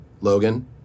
Logan